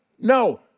No